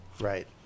Right